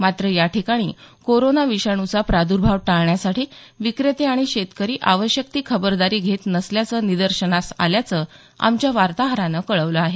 मात्र याठिकाणी कोरोना विषाणूचा प्रादुर्भाव टाळण्यासाठी विक्रते आणि शेतकरी आवश्यक खबरदारी घेत नसल्याचं निदर्शनास आल्याचं आमच्या वार्ताहरानं कळवलं आहे